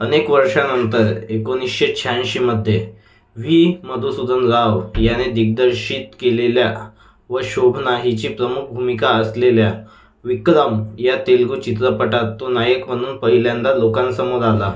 अनेक वर्षांनंतर एकोणीसशे शहाऐंशीमध्ये व्ही मधुसूदन राव याने दिग्दर्शित केलेल्या व शोभना हिची प्रमुख भूमिका असलेल्या विक्रम या तेलगू चित्रपटात तो नायक म्हणून पहिल्यांदा लोकांसमोर आला